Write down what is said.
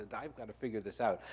and i've gotta figure this out.